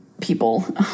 people